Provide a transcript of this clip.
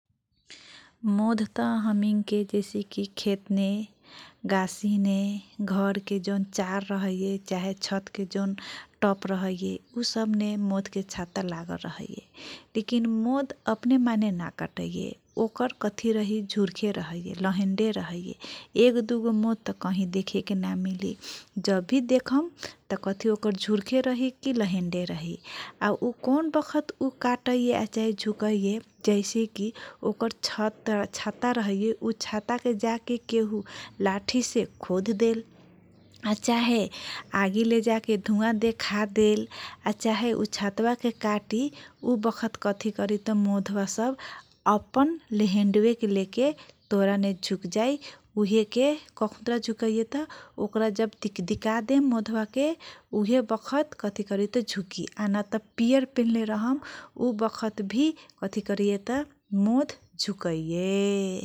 मधत हमीनके जैसेकी खेतने गासीने घरके जवन चार रहैये चाहे छतके जवन टप रहैये । उसबने मधके छाता लागल रहैये । रहीकी लेकिन मध अपनेमाने नाकाटैये ओकर कथी रहैये लहेन्डे रहैये एगो दुगो मध तह कही देखेके नमिलैये । जबभि देखम कथी ओकर झुरखे रहीकी लहेन्डे रही आ उ कौन बखत उ कटैये आ चाहे झुकैये जैसेकी ओकर छत छाता रहैये । उ छाताके केहु लठ्ठीसे खोधदेल आ चाहे भागी लेजाके धुवा देखाके आ चाहे उ छाताबाके काटी उ बखत कथी करीतह मोधवा सब अपन लहेन्डेवेके लेके तोराने झुकजाइ । उहेके कखुन्तरा झुकैये तह ओकरा जब दिकदिका देम मधवाके उहे बखत कथी करैये तह झुकी नतह पियर पेनहले रहम उ बखतभि कथि करैयेत मोध झुकैये ।